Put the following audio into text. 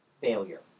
failure